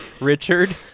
Richard